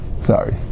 Sorry